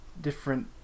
different